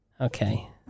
Okay